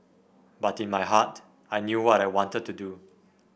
but in my heart I knew what I wanted to do